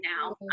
now